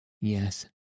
Yes